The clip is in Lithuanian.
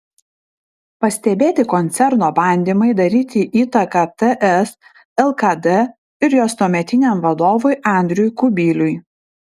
pastebėti koncerno bandymai daryti įtaką ts lkd ir jos tuometiniam vadovui andriui kubiliui